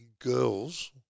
girls